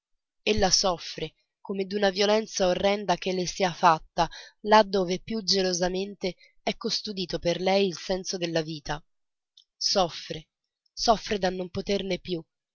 quell'impaccio ella soffre come d'una violenza orrenda che le sia fatta là dove più gelosamente è custodito per lei il senso della vita soffre soffre da non poterne più